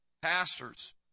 pastors